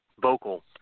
vocal